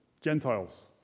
Gentiles